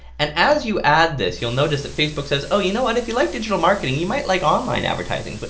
and as you add this, you'll notice that facebook says, oh you know what if you like digital marketing you might like online advertising,